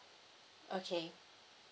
okay